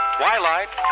twilight